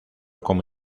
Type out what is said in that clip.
como